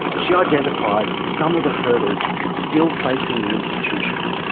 she identified some of the hurdles still facing the institution.